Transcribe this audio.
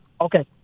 Okay